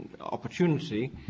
opportunity